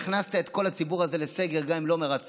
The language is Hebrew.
והכנסת את כל הציבור הזה לסגר, גם אם לא מרצון,